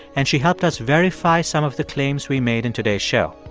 and she helped us verify some of the claims we made in today's show.